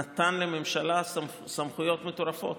נתן לממשלה סמכויות מטורפות,